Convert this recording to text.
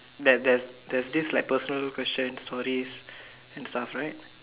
that there's there's this like personal question stories and stuff right